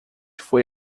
foi